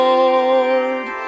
Lord